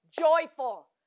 joyful